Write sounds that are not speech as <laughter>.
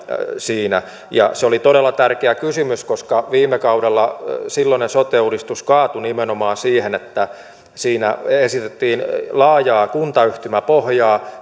siinä se oli todella tärkeä kysymys koska viime kaudella silloinen sote uudistus kaatui nimenomaan siihen että siinä esitettiin laajaa kuntayhtymäpohjaa <unintelligible>